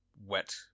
wet